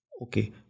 Okay